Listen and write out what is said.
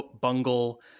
bungle